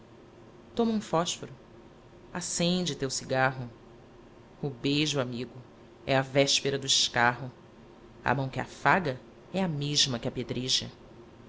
toma um fósforo acende teu cigarro o beijo amigo é a véspera do escarro a mão que afaga é a mesma que apedreja se